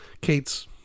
Kate's